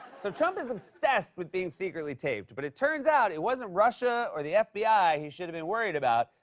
so, trump is obsessed with being secretly taped, but it turns out, it wasn't russia or the fbi he should've been worried about.